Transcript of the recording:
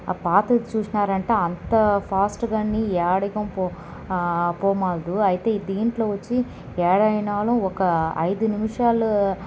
పాతది చూసినారంటే అంత ఫాస్ట్ కాని ఏడకి పో పోమాదు అయితే దీంట్లో వచ్చి ఏడైనను ఒక ఐదు నిముషాలు